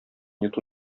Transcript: йоту